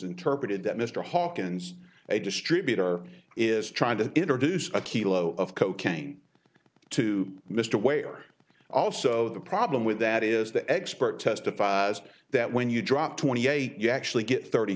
interpreted that mr hawkins a distributor is trying to introduce a kilos of cocaine to mr way or all so the problem with that is the expert testified that when you drop twenty eight you actually get thirty